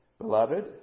Beloved